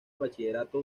bachillerato